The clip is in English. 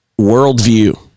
Worldview